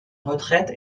retraite